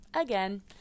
again